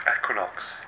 equinox